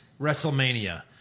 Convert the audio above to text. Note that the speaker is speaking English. WrestleMania